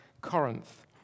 Corinth